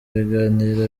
ibiganiro